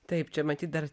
taip čia matyt dar